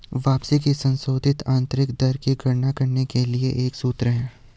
वापसी की संशोधित आंतरिक दर की गणना करने के लिए एक सूत्र है